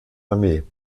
armee